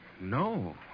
No